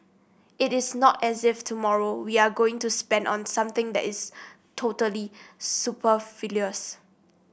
it is not as if tomorrow we are going to spend on something that is totally superfluous